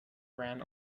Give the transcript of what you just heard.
ran